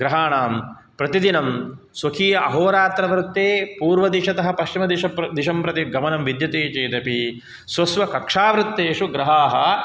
ग्रहाणां प्रतिदिनं स्वकीय अहोरात्रवृत्ते पूर्वदिशतः पश्चिमदिशं दिशं प्रति गमनं विद्यते चेदपि स्व स्व कक्षावृत्तेषु ग्रहाः